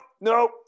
no